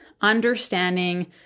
understanding